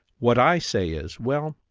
what i say is, well,